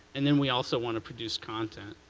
and then we also want to produce content.